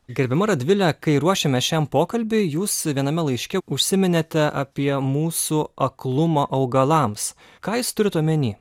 gerbiama radvile kai ruošėmės šiam pokalbiui jūs viename laiške užsiminėte apie mūsų aklumą augalams ką jūs turit omeny